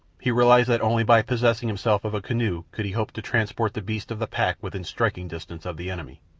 he realized that only by possessing himself of a canoe could he hope to transport the beasts of the pack within striking distance of the enemy.